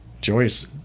Joyce